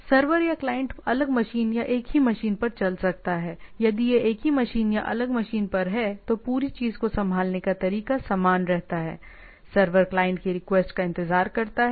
server या client अलग machine या एक ही मशीन पर चल सकता है यदि यह एक ही मशीन या अलग मशीन पर है तो पूरी चीज़ को संभालने का तरीका समान रहता है सर्वर क्लाइंट की रिक्वेस्ट का इंतजार करता है